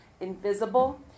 invisible